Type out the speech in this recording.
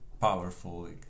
powerful